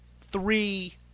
three –